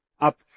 up